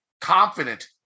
confident